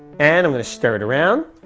and i'm going to stir it around,